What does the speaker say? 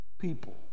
people